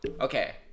okay